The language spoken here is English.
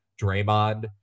Draymond